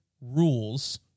rules